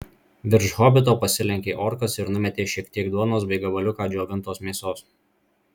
virš hobito pasilenkė orkas ir numetė šiek tiek duonos bei gabaliuką džiovintos mėsos